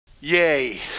Yay